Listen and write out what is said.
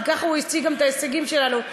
כי ככה הוא הציג את ההישגים שלנו,